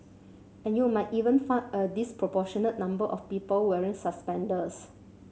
and you might even find a disproportionate number of people wearing suspenders